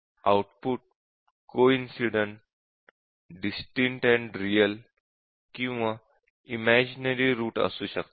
output coincident distinct and real किंवा imaginary root असू शकतात